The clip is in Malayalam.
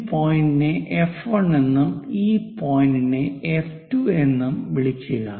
ഈ പോയിന്റിനെ F1 എന്നും ഈ പോയിന്റിനെ F2 എന്നും വിളിക്കുക